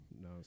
No